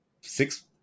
six